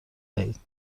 دهید